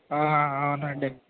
అవునండి